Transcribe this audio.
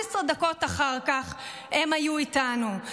11 דקות אחר כך הם היו איתנו.